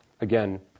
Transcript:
Again